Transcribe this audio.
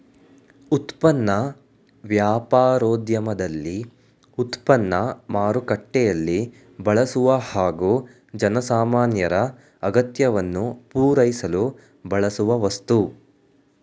ಉತ್ಪನ್ನ ವ್ಯಾಪಾರೋದ್ಯಮದಲ್ಲಿ ಉತ್ಪನ್ನ ಮಾರುಕಟ್ಟೆಯಲ್ಲಿ ಬಳಸುವ ಹಾಗೂ ಜನಸಾಮಾನ್ಯರ ಅಗತ್ಯವನ್ನು ಪೂರೈಸಲು ಬಳಸುವ ವಸ್ತು